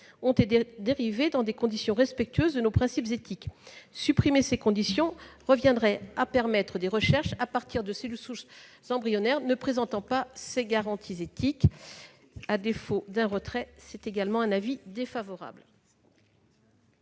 ont été dérivées dans des conditions respectueuses de nos principes éthiques. Supprimer cette obligation reviendrait à permettre des recherches à partir de cellules souches embryonnaires ne présentant pas ces garanties éthiques. La commission spéciale demande donc